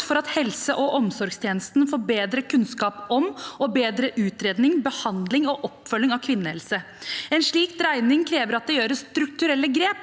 for at helse- og omsorgstjenesten får bedre kunnskap om og bedre utredning, behandling og oppfølging av kvinnehelse. En slik dreining krever at det gjøres strukturelle grep